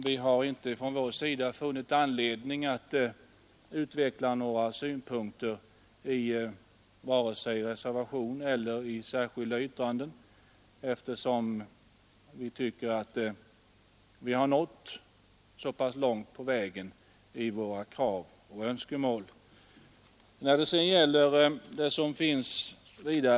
Vi har från vår sida inte funnit anledning Nr 127 att utveckla några synpunkter, vare sig i form av en reservation eller ett Onsdagen den särskilt yttrande, eftersom vi anser oss ha nått så pass långt på vägen i 29 november:1972 fråga om våra krav och önskemål.